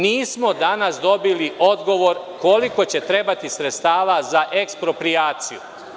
Nismo danas dobili odgovor koliko će trebati sredstava za eksproprijaciju.